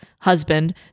husband